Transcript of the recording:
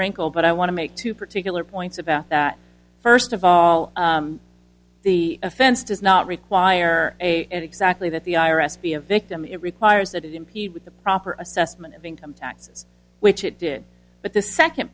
wrinkle but i want to make two particular points about that first of all the offense does not require a exactly that the i r s be a victim it requires that it impede with the proper assessment of income taxes which it did but the second